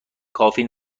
کافی